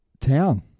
town